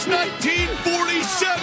1947